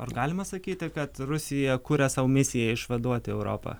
ar galima sakyti kad rusija kuria sau misiją išvaduoti europą